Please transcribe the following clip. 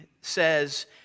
says